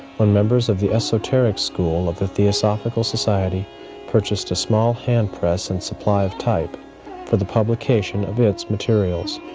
when members of the esoteric school of the theosophical society purchased a small hand press and supply of type for the publication of its materials.